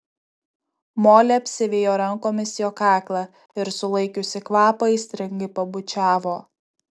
molė apsivijo rankomis jo kaklą ir sulaikiusi kvapą aistringai pabučiavo